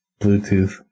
Bluetooth